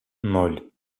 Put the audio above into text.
ноль